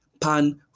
pan